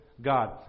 God